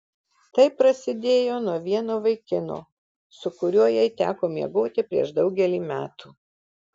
tai prasidėjo nuo vieno vaikino su kuriuo jai teko miegoti prieš daugelį metų